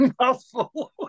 mouthful